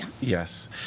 Yes